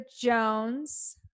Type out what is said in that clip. Jones